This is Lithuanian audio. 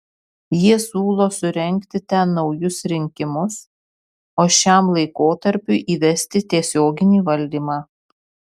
jie siūlo surengti ten naujus rinkimus o šiam laikotarpiui įvesti tiesioginį valdymą